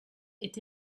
est